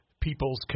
people's